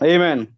Amen